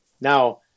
Now